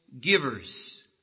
givers